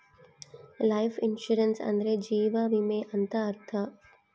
life insurance ಅಂದ್ರೆ ಜೀವ ವಿಮೆ ಅಂತ ಅರ್ಥ